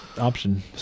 option